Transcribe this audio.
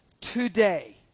today